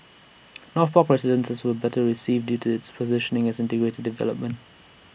north park residences was better received due to its positioning as an integrated development